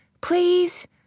please